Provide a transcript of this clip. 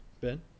Ben